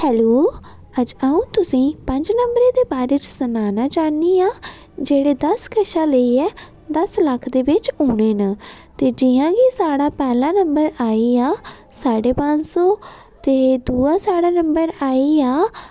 hello अज्ज अ'ऊं तुसेंगी पंज नंबरें दे बारे च सनाना चाह्न्नी आं जेह्ड़े दस कशा लेइयै दस लक्ख दे बिच्च औने न ते जि'यां कि साढ़ा पैह्ला नंबर आई गेआ साड्ढे पंज सौ ते दूआ साढ़ा नंबर आई गेआ